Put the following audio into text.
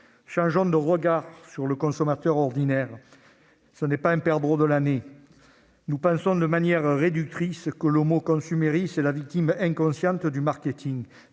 Changeons de regard sur le consommateur ordinaire : il n'est pas un perdreau de l'année ... Nous pensons de manière réductrice que l'est la victime inconsciente du marketing.